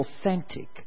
authentic